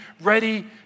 ready